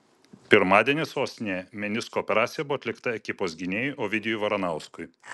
pirmadienį sostinėje menisko operacija buvo atlikta ekipos gynėjui ovidijui varanauskui